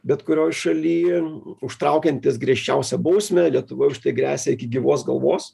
bet kurioj šaly užtraukiantis griežčiausią bausmę lietuvoj už tai gresia iki gyvos galvos